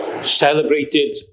celebrated